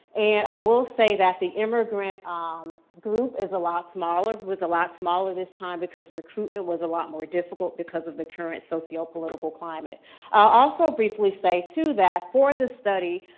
and i will say that the immigrant um group is a lot smaller, was a lot smaller this time because recruitment was a lot more difficult because of the current sociopolitical climate. i'll also briefly say, too, that for this study,